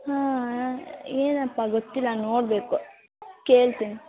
ಹಾಂ ಏನಪ್ಪ ಗೊತ್ತಿಲ್ಲ ನೋಡಬೇಕು ಕೇಳ್ತೀನಿ